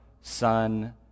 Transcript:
Son